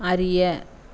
அறிய